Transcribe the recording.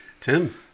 Tim